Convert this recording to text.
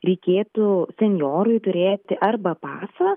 reikėtų senjorui turėti arba pasą